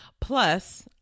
Plus